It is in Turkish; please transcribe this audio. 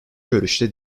görüşte